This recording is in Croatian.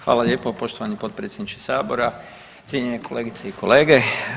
Hvala lijepo poštovani potpredsjedniče sabora, cijenjene kolegice i kolege.